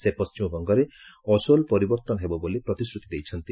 ସେ ପଶ୍ଚିମବଙ୍ଗରେ ଅସୋଲ ପରିବର୍ତ୍ତନ ହେବ ବୋଲି ପ୍ରତିଶ୍ରତି ଦେଇଛନ୍ତି